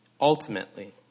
Ultimately